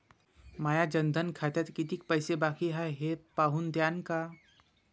माया जनधन खात्यात कितीक पैसे बाकी हाय हे पाहून द्यान का?